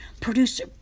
Producer